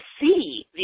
see